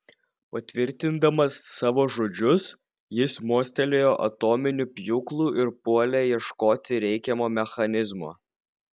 patvirtindamas savo žodžius jis mostelėjo atominiu pjūklu ir puolė ieškoti reikiamo mechanizmo